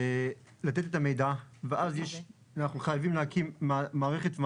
מלתת את המידע ואז אנחנו חייבים להקים מערכת,